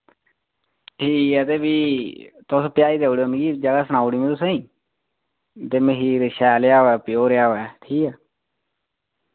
ठीक ऐ ते फ्ही तुस पजाई देऊड़यो मि जगह सनाउड़ी में तुसें ते मखीर शैल देहा होऐ प्योर देहा होऐ ठीक ऐ